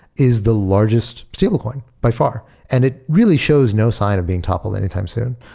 is the largest stablecoin by far and it really shows no sign of being toppled anytime soon.